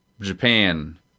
Japan